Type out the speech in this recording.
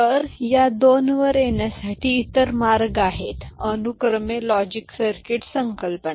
तर या दोनवर येण्यासाठी इतर मार्ग आहेत अनुक्रमे लॉजिक सर्किट संकल्पना